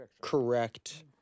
correct